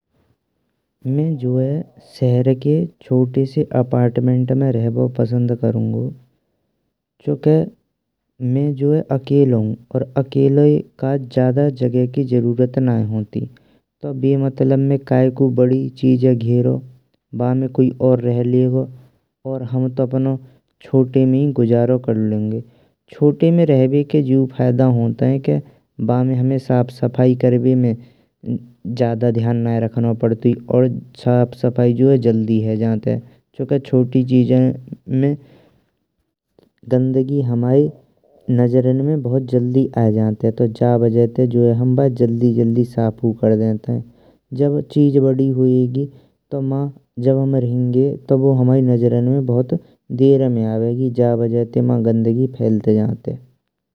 मैं जो है सहर के छोटे से अपार्टमेंट में रहबो पसंद करूँगो चूंके मैं जोय अकेलों हूँ, अकेले काज ज्यादा जगह की जरूरत नैये होतिन। तो बेमतलब में कयेकू बड़ी चीज़े घेरो बामे कोई और रहलेगो और हम तो जोए छोटे में गुजारो कर लेंगे। छोटे में रहबे के जियू फायदा होताये के बामे हमें साफ सफाई करवे में ज्यादा ध्यान नैये रखनो पड़तुई। और साफ सफाई जो है जल्दी होजातेय चूंके छोटी चीजन में गंदगी हमाए जल्दी नजरन में आए जातेय। जा वजह ते हम बाये जल्दी जल्दी साफाौ कर देतेइन जब चीज बड़ी होयगी। तो माँ जब हम रहेंगे तो बू हमाए नजरन में बहुत देर में आबेगी। जा वजह ते माँ गंदगी फैल जातेय।